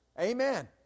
Amen